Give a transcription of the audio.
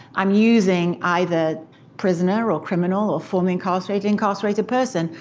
i'm using either prisoner, or criminal, or formerly incarcerated, incarcerated person,